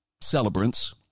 celebrants